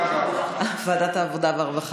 ועדת העבודה והרווחה.